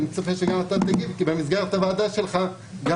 אני מצפה שגם אתה תגיב כי במסגרת הוועדה שלך גם